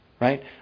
right